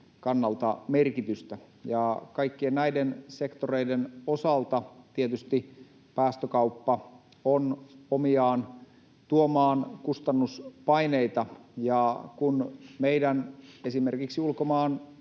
kannalta merkitystä. Kaikkien näiden sektoreiden osalta tietysti päästökauppa on omiaan tuomaan kustannuspaineita. Kun esimerkiksi meidän